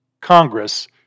Congress